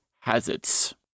hazards